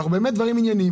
באמת דברים ענייניים,